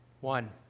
One